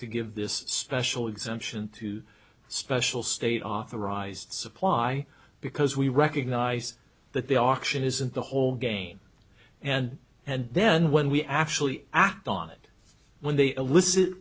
to give this special exemption to special state authorized supply because we recognize that the auction isn't the whole game and and then when we actually act on it when they elicit